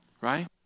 right